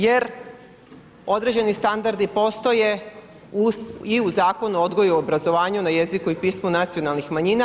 Jer određeni standardi postoje i u Zakonu o odgoju i obrazovanju na jeziku i pismu nacionalnih manjina.